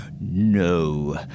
no